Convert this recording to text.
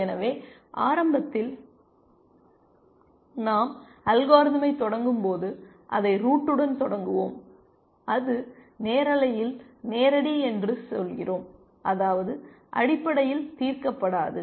எனவே ஆரம்பத்தில் நாம் அல்காரிதமை தொடங்கும் போது அதை ரூட்டுடன் தொடங்குவோம் அது நேரலையில் நேரடி என்று சொல்கிறோம் அதாவது அடிப்படையில் தீர்க்கப்படாது